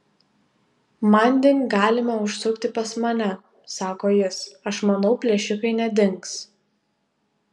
manding galime užsukti pas mane sako jis aš manau plėšikai nedings